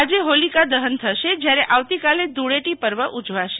આજે હોલીકા દહન થશે જ્યારે આવતીકાલે ધુળેટી પર્વ ઉવાશે